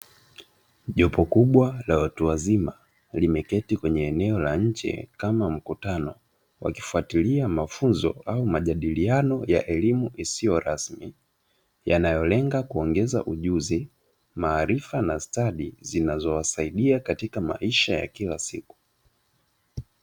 Jopo kubwa la watu wazima limeketi kwenye eneo la njee kama mkutano wakifatilia mafunzo au majadiliano ya elimu isisyo rasmi yanayolenga kuongeza ujuzi, maarifa na stadi zinazo wasaidia katika maisha ya kila siku.